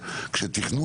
בזה.